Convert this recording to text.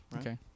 Okay